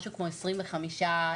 משהו כמו 25 מדענים.